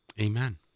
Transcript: Amen